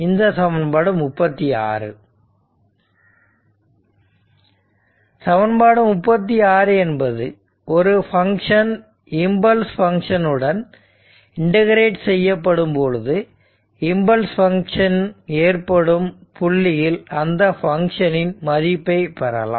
இந்த சமன்பாடு 36 சமன்பாடு 36 என்பது ஒரு பங்க்ஷன் இம்பல்ஸ் பங்க்ஷன் உடன் இன்டகிரேட் செய்யப்படும் பொழுது இம்பல்ஸ் பங்க்ஷன் ஏற்படும் புள்ளியில் அந்த பங்க்ஷன் இன் மதிப்பை பெறலாம்